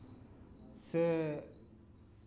ᱥᱮ